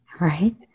Right